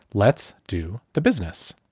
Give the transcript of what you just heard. let's do the business.